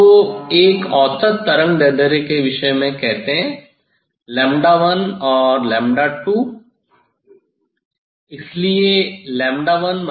तो एक औसत तरंगदैर्ध्य के विषय में कहते हैं 1और 2 इसलिए 1 2 है